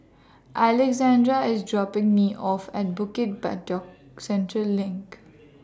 Alexandra IS dropping Me off At Bukit Batok Central LINK